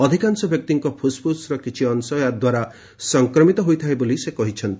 ଅଧିକାଂଶ ବ୍ୟକ୍ତିଙ୍କ ଫୁସ୍ଫୁସ୍ର କିଛି ଅଂଶ ଏହାଦ୍ୱାରା ସଂକ୍ରମିତ ହୋଇଥାଏ ବୋଲି ସେ କହିଛନ୍ତି